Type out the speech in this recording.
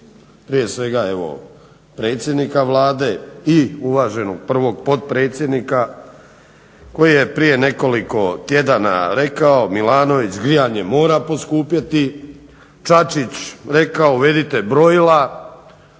prije svega predsjednika Vlade i uvaženog prvog predsjednika koji je prije nekoliko tjedana rekao Milanović grijanje mora poskupjeti, Čačić rekao uvedite brojila.